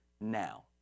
now